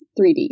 3D